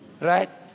right